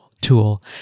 tool